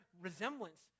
resemblance